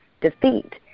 defeat